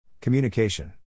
Communication